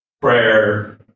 prayer